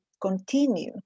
continue